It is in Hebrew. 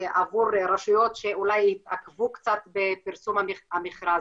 עבור רשויות שאולי התעכבו קצת בפרסום המכרז.